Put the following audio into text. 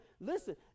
listen